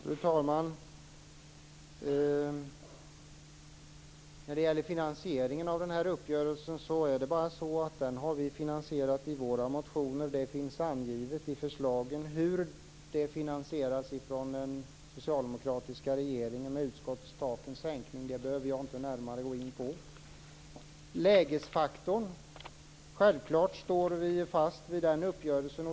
Fru talman! Jag vill börja med finansieringen av den här uppgörelsen. Vi har finansierat den i våra motioner. Det finns angivet i förslagen hur den finansieras från den socialdemokratiska regeringens sida och också det här med takens sänkning. Det behöver jag inte närmare gå in på. När det gäller lägesfaktorn står vi självklart fast vid uppgörelsen.